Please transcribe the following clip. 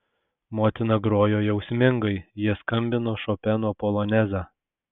motina grojo jausmingai jie skambino šopeno polonezą